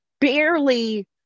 barely